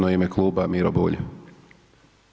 U ime kluba, Miro Bulj.